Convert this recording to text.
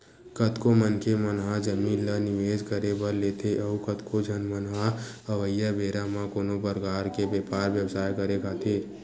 कतको मनखे मन ह जमीन ल निवेस करे बर लेथे अउ कतको झन मन ह अवइया बेरा म कोनो परकार के बेपार बेवसाय करे खातिर